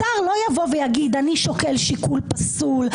שר לא יבוא ויגיד: אני שוקל שיקול פסול,